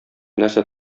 нәрсә